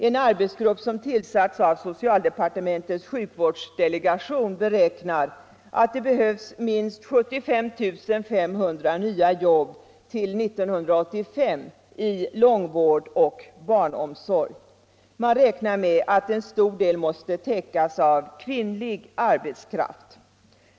En arbetsgrupp som tillsatts av socialdepartementets sjukvårdsdelegation beräknar att det till 1985 behövs minst 75 500 nya jobb i långvård och barnomsorg. Man räknar med att en stor del måste täckas av kvinnlig arbetskraft.